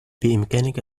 بإمكانك